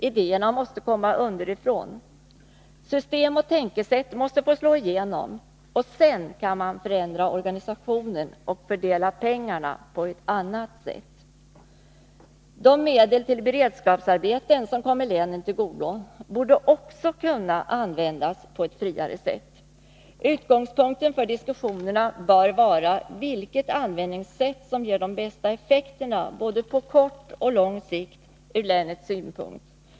Idéerna måste komma underifrån. System och tänkesätt måste få slå igenom. Sedan kan man förändra organisationen och fördela pengarna på annat sätt. De medel till beredskapsarbeten som kommer länen till godo borde också kunna användas på ett friare sätt. Utgångspunkten för diskussionerna bör vara vilket användningssätt som ger de bästa effekterna både på kort och på lång sikt ur länets synpunkt.